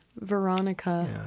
Veronica